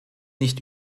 nicht